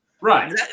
Right